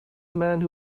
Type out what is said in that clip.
man